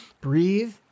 breathe